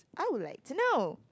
I would like to know